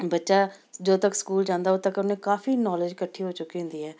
ਬੱਚਾ ਜਦੋਂ ਤੱਕ ਸਕੂਲ ਜਾਂਦਾ ਉਦੋਂ ਤੱਕ ਉਹਨੇ ਕਾਫੀ ਨੌਲੇਜ ਇਕੱਠੀ ਹੋ ਚੁੱਕੀ ਹੁੰਦੀ ਹੈ